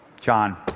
John